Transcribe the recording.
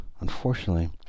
unfortunately